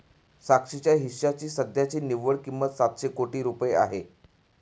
साक्षीच्या हिश्श्याची सध्याची निव्वळ किंमत सातशे कोटी रुपये आहे